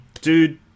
dude